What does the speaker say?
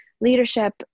leadership